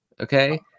Okay